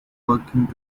working